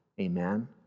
Amen